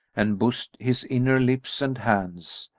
and bussed his inner lips and hands,